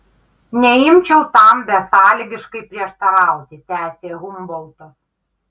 neimčiau tam besąlygiškai prieštarauti tęsė humboltas